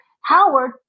Howard